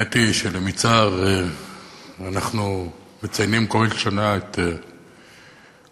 האמת היא שלמרבה הצער אנחנו מציינים כל שנה את היום